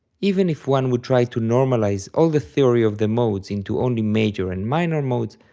even if one would try to normalize all the theory of the modes into only major and minor modes,